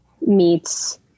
meets